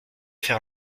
faire